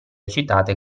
citate